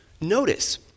Notice